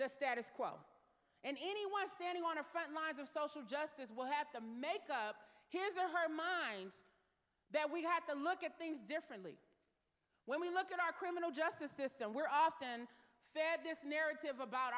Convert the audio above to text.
the status quo and anyone standing on the front lines of social justice will have to make up his or her mind that we have to look at things differently when we look at our criminal justice system we're often fed this narrative about